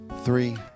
Three